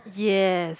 yes